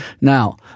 Now